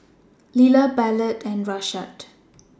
Lila Ballard and Rashaad